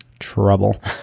trouble